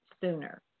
sooner